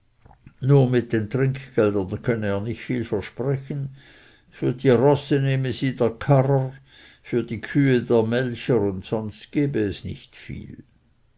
nur mit den trinkgeldern könne er nicht viel versprechen für die rosse nehme sie der karrer für die kühe der melcher und sonst gebe es nicht viel